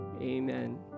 amen